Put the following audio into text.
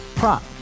Prop